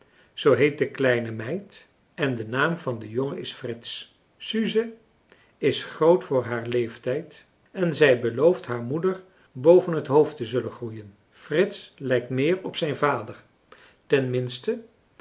en de naam van den jongen is frits suze is groot voor haar leeftijd en zij belooft haar moeder boven het hoofd te zullen groeien frits lijkt meer op zijn vader